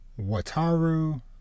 Wataru